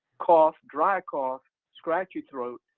cough, dry cough, scratchy throat,